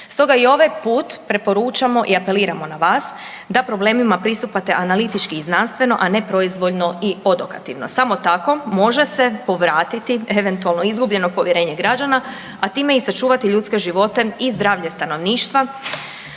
Stoga i ovaj put preporučamo i apeliramo na vas da problemima pristupate analitički i znanstveno a ne proizvoljno i odokativno. Samo tako može se povratiti eventualno izgubljeno povjerenje građana a time i sačuvati ljudske živote i zdravlje stanovništva,